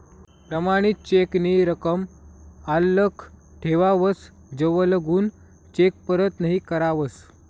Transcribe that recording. प्रमाणित चेक नी रकम आल्लक ठेवावस जवलगून चेक परत नहीं करावस